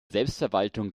selbstverwaltung